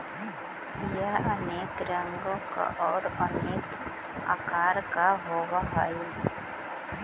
यह अनेक रंगों का और अनेक आकार का होव हई